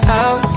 out